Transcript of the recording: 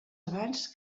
abans